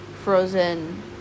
frozen